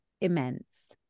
immense